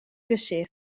gesicht